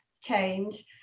change